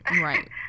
Right